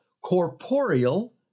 corporeal